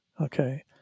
Okay